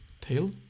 tail